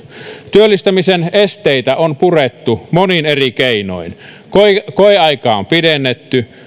työllistämisen esteitä on purettu monin eri keinoin koeaikaa on pidennetty